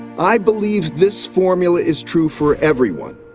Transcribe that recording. i believe this formula is true for everyone.